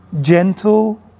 Gentle